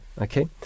Okay